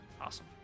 Awesome